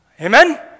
Amen